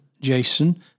Jason